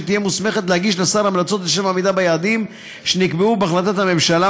שתהיה מוסמכת להגיש לשר המלצות לשם עמידה ביעדים שנקבעו בהחלטת הממשלה,